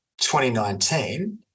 2019